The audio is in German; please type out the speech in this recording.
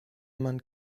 man